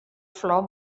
flor